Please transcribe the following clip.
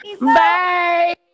Bye